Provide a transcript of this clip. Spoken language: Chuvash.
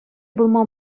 пулма